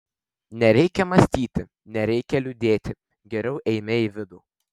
nereikia mąstyti nereikia liūdėti geriau eime į vidų